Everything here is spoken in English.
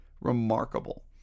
remarkable